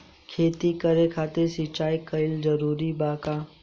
खेती करे खातिर सिंचाई कइल जरूरी बा का?